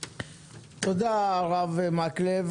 תודה, הרב מקלב.